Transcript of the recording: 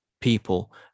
people